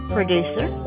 Producer